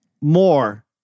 more